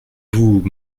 vous